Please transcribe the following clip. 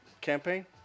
campaign